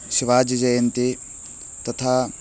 शिवाजिजयन्ती तथा